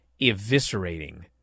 eviscerating